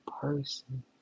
person